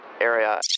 area